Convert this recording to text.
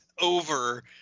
over